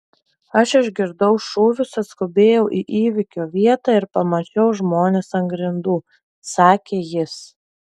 aš išgirdau šūvius atskubėjau į įvykio vietą ir pamačiau žmones ant grindų sakė jis